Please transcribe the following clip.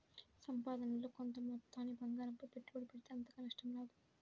సంపాదనలో కొంత మొత్తాన్ని బంగారంపై పెట్టుబడి పెడితే అంతగా నష్టం రాదు